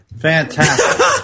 fantastic